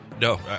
no